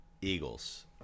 eagles